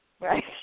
Right